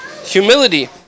Humility